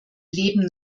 leben